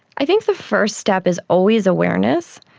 i think the first step is always awareness.